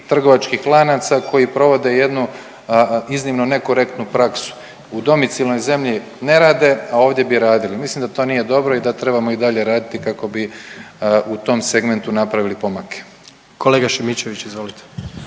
trgovaca lanaca koji provode jednu iznimno nekorektnu praksu, u domicilnoj zemlji ne rade, a ovdje bi radili. Mislim da to nije dobro i da trebamo i dalje raditi kako bi u tom segmentu napravili pomake. **Jandroković, Gordan